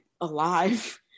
alive